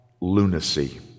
lunacy